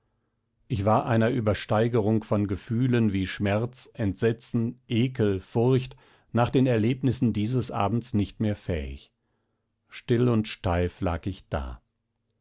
ich war einer übersteigerung von gefühlen wie schmerz entsetzen ekel furcht nach den erlebnissen dieses abends nicht mehr fähig still und steif lag ich da